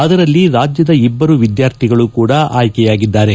ಅದರಲ್ಲಿ ರಾಜ್ಯದ ಇಬ್ಬರು ವಿದ್ಯಾರ್ಥಿಗಳು ಕೂಡ ಆಯ್ಕೆಯಾಗಿದ್ದಾರೆ